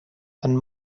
and